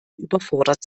überfordert